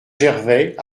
gervais